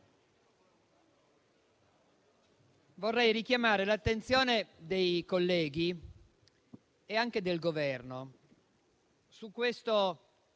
vorrei richiamare l'attenzione dei colleghi e anche del Governo su questo